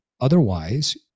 Otherwise